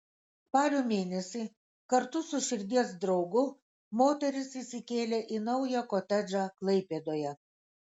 spalio mėnesį kartu su širdies draugu moteris įsikėlė į naują kotedžą klaipėdoje